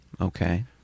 Okay